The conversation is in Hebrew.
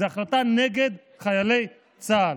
זו החלטה נגד חיילי צה"ל,